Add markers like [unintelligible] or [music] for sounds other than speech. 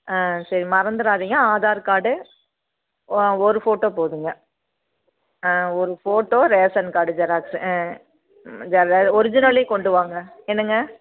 ஆ சரி மறந்துறாதிங்க ஆதார் கார்டு ஓ ஒரு ஃபோட்டோ போதுங்க ஆ ஒரு ஃபோட்டோ ரேஷன் கார்டு ஜெராக்ஸு ஆ [unintelligible] ஒரிஜினலே கொண்டு வாங்க என்னங்க